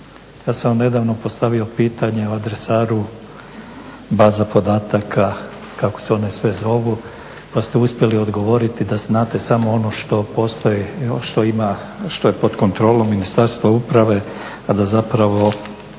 sam vam nedavno postavio pitanje o adresaru baza podataka kako se one sve zovu pa ste uspjeli odgovoriti da znate samo ono što je pod kontrolom Ministarstva uprave, a da se